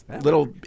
little